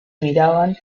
miraban